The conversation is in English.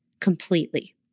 completely